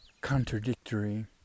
contradictory